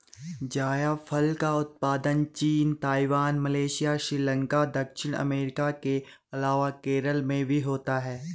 जायफल का उत्पादन चीन, ताइवान, मलेशिया, श्रीलंका, दक्षिण अमेरिका के अलावा केरल में भी होता है